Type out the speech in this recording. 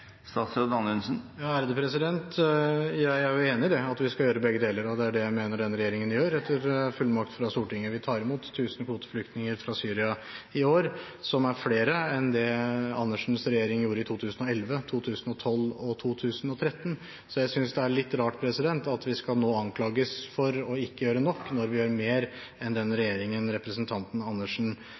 Jeg er enig i at vi skal gjøre begge deler, og det er det jeg mener denne regjeringen gjør, etter fullmakt fra Stortinget. Vi tar imot 1 000 kvoteflyktninger fra Syria i år, som er flere enn det Karin Andersens regjering gjorde i 2011, 2012 og 2013. Så jeg synes det er litt rart at vi nå skal anklages for ikke å gjøre nok når vi gjør mer enn det den regjeringen representanten